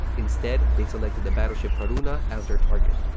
instead, they selected the battleship haruna as their target.